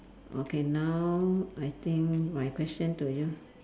okay now I think my question to you